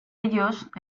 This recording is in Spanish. ellos